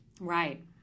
right